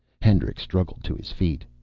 hendricks struggled to his feet.